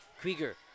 Krieger